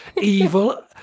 Evil